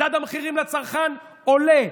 מדד המחירים לצרכן עולה.